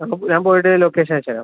ഞാൻ ഞാൻ പോയിട്ട് ലൊക്കേഷൻ അയച്ച് തരാം